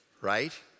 right